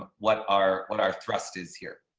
ah what are, what our trustees here.